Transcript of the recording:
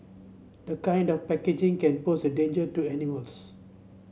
the kind of packaging can pose a danger to animals